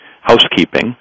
housekeeping